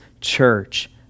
church